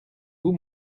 vous